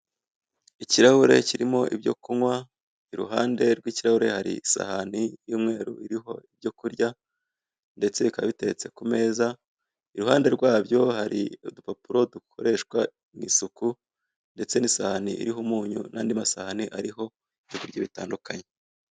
Ikirahure kirimo ibyo kunywa iruhande rw'ikirahure isahani y'umweru iriho ibyo kurya ndetse bikaba biteretse ku meza iruhande rwabyo hari udupapuro dukoreshwa mu isuku ndetse iriho umunyu n'andi masahani ariho ibiryo bitandukanye.